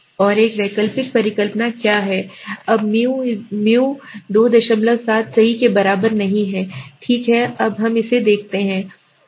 और एक वैकल्पिक परिकल्पना क्या है अब μ 27 सही के बराबर नहीं है ठीक है अब हम इसे देखते हैं गणना